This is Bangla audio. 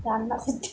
রান্না